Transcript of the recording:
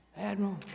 Admiral